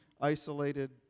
isolated